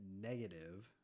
negative